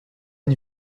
une